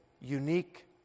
unique